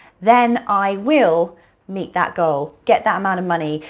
then i will meet that goal, get that amount of money,